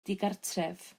digartref